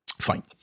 fine